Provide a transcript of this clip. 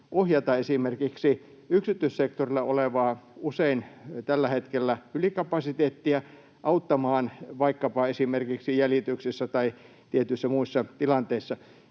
ohjata esimerkiksi yksityissektorilla usein tällä hetkellä olevaa ylikapasiteettia auttamaan vaikkapa esimerkiksi jäljityksessä tai tietyissä muissa tilanteissa.